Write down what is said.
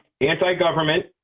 anti-government